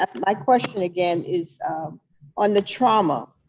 my question again is on the trauma,